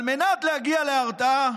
על מנת להגיע להרתעה